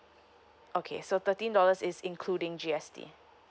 okay so thirteen dollars is including G_S_T